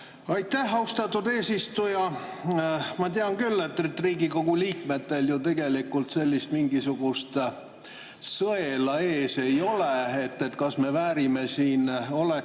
Aitäh, austatud eesistuja! Ma tean küll, et Riigikogu liikmetel ju tegelikult mingisugust sõela ees ei ole, et kas me väärime siin olekut